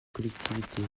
collectivités